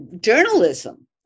journalism